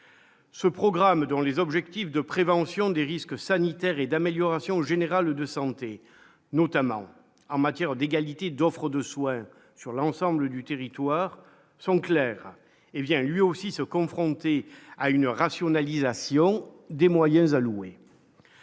Ce programme dont les objectifs de prévention des risques sanitaires et d'amélioration générale de santé, notamment en matière d'égalité d'offre de soins sur l'ensemble du territoire sont claires et bien lui aussi se confronter à une rationalisation des moyens alloués.